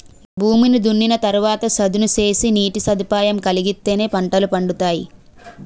భూమిని దున్నిన తరవాత చదును సేసి నీటి సదుపాయం కలిగిత్తేనే పంటలు పండతాయి